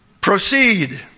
Proceed